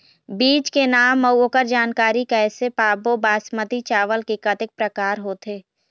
बीज के नाम अऊ ओकर जानकारी कैसे पाबो बासमती चावल के कतेक प्रकार होथे?